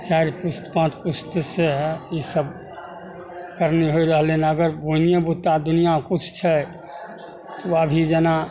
चारि पुस्त पाँच पुस्त से ईसब करने होइ रहलै हन अगर दुनिआ किछु छै तऽ अभी जेना